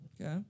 Okay